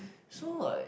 so like